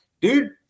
Dude